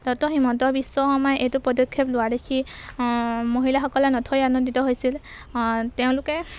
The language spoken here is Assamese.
ডক্তৰ হিমন্ত বিশ্ব শৰ্মাই এইটো পদক্ষেপ লোৱা দেখি মহিলাসকলে নথৈ আনন্দিত হৈছিল তেওঁলোকে